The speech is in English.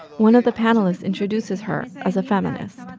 one of the panelists introduces her as a feminist. but